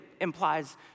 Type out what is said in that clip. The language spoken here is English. implies